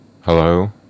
Hello